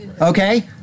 okay